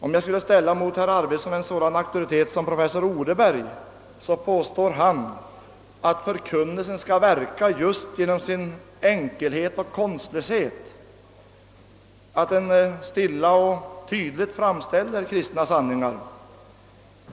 Om jag mot herr Arvidson ställer en sådan auktoritet som professor Odeberg, så säger han att förkunnelsen skall verka just genom sin enkelhet och konstlöshet och att den stilla och tydligt skall framställa kristna sanningar.